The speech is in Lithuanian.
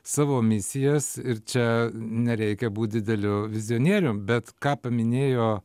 savo misijas ir čia nereikia būt dideliu vizionierium bet ką paminėjo